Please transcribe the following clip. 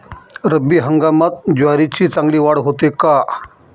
रब्बी हंगामात ज्वारीची चांगली वाढ होते का?